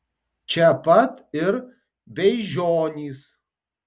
čia pat ir beižionys